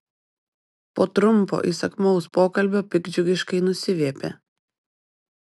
po trumpo įsakmaus pokalbio piktdžiugiškai nusiviepė